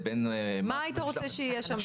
מה היית רוצה שיהיה שם?